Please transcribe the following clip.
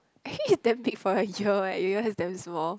actually is damn big for your ear eh your ears damn small